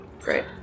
Great